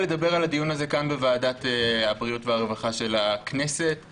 בראש וועדת הסמים, נכנסנו לנושא הזה כמעט כל